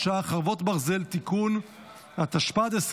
התשפ"ד 2024,